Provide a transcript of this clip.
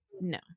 no